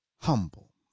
humble